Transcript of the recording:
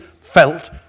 felt